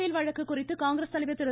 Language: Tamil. பேல் வழக்கு குறித்து காங்கிரஸ் தலைவர் திரு